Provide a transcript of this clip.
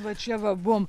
va čia va buvom